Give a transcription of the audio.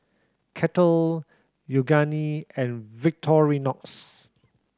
Kettle Yoogane and Victorinox